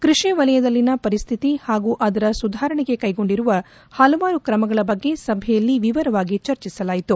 ಕೃಷಿ ವಲಯದಲ್ಲಿನ ಪರಿಸ್ತಿತಿ ಹಾಗೂ ಅದರ ಸುಧಾರಣೆಗೆ ಕೈಗೊಂಡಿರುವ ಹಲವಾರು ಕ್ರಮಗಳ ಬಗ್ಗೆ ಸಭೆಯಲ್ಲಿ ವಿವರವಾಗಿ ಚರ್ಚಿಸಲಾಯಿತು